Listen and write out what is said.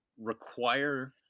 require